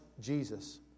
Jesus